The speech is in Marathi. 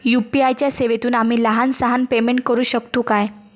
यू.पी.आय च्या सेवेतून आम्ही लहान सहान पेमेंट करू शकतू काय?